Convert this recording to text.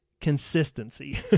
consistency